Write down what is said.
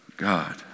God